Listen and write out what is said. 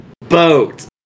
boat